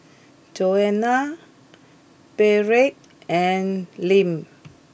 Joanna Beatrice and Lim